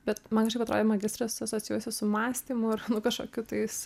bet man atrodė magistras asocijuosis su mąstymu ir nu kažkokiu tais